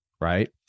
right